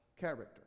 character